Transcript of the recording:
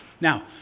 Now